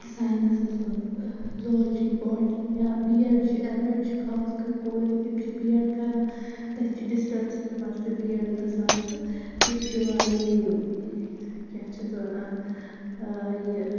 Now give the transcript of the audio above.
ساینَسَس منٛز zoology botany یا B Ed چھِ ایم ایٚڈ چھِ خاص کَر کورِ تِم چھِ بی ایٚڈ کَران تٔتھۍ چھِ ڈِسٹنٕسَس منٛز تہِ بِی ایٚڈ گَژھان تہٕ تِم چھِ وارِیاہ یِم کیٛاہ چھِ اَتھ وَنان یہِ